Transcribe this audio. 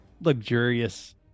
luxurious